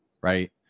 right